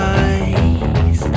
eyes